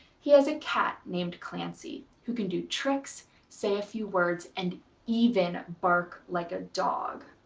he has a cat named clancy who can do tricks, say a few words and even bark like a dog.